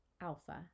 alpha